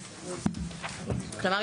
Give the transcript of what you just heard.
כלומר,